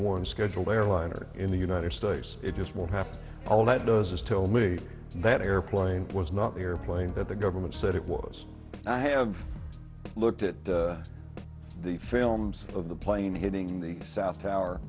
one scheduled airliner in the united states it just will happen all that does is tell me that airplane was not the airplane that the government said it was i have looked at the films of the plane hitting the south tower